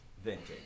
vintage